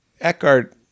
Eckhart